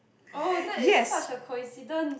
oh that's such a coincidence